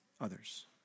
others